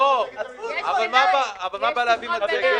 מה הבעיה להביא מצגת יום לפני?